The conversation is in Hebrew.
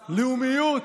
לאומיות,